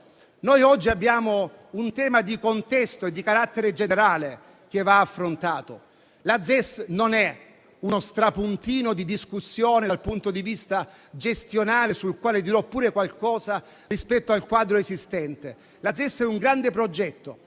noi oggi abbiamo un tema di contesto di carattere generale che va affrontato. La ZES non è uno strapuntino di discussione dal punto di vista gestionale, sul quale dirò pure qualcosa, rispetto al quadro esistente. La ZES è un grande progetto